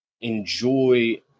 enjoy